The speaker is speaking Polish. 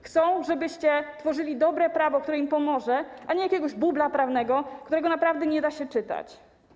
Chcą, żebyście tworzyli dobre prawo, które im pomoże, a nie jakiegoś bubla prawnego, którego naprawdę nie da się czytać.